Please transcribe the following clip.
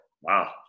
Wow